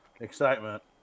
excitement